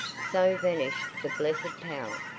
so vanished the blessed power,